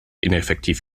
ineffektiv